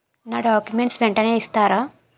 నా డాక్యుమెంట్స్ వెంటనే ఇస్తారా?